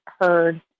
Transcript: heard